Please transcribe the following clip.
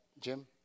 Jim